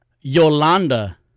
Yolanda